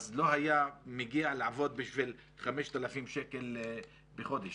לא היה מגיע לעבוד בשביל 5,000 שקל בחודש.